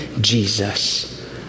jesus